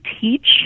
teach